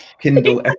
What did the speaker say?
Kindle